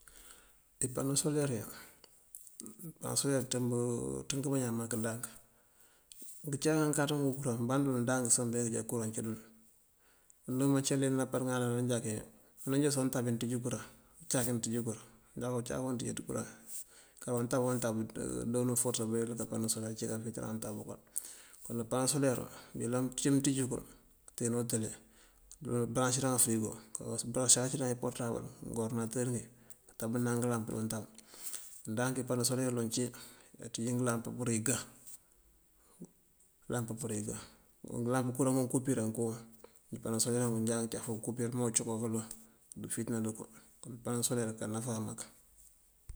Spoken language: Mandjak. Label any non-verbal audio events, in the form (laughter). Ipano soler iyi, ipano soler (hesitation) indëmb pënţënk bañaan mak ndank. Ngëcáak ngánkáaţ ngun kuraŋ bandërël ndank sá këënjá ne kuraŋ cí dul. Unú mácëlari námpaţ ŋáaţ ananjánke (hesitation) ananjánkin soŋ untábin aţíj kuraŋ, acáakin aţíij kuraŋ. Anjál uncáak waŋ ţíjáaţ kuraŋ, karoo untaboo untab doon uforësá bërir bëkël kápano soler cí koofíiţaran untab bëkël. Kon nak pano soler mëyëlan uncí mëënţíj kël këëntená wutele, këëmbëraŋësiran fërigo, këësarësiran porëtabël, ngëworëdinatër ngí, këtábënan ngëlam dí untab. Ndank ipano soler ngëloŋ cí aţíj ngëlamp pur igë, ngëlamp pur igë. Ngëlamp kuraŋ ngun kúpirank kú, ngëmpano soler ngun jáaţ caf ngu kúpir ajá ngëcuman kaloŋ ndúufíiţëná ţënko. Ngëmpano soler aká náfá mak.